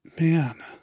Man